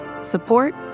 support